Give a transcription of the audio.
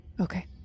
okay